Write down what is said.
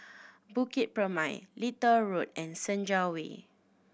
Bukit Purmei Little Road and Senja Way